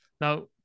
Now